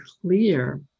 clear